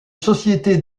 société